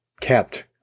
kept